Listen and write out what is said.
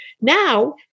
Now